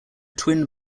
twin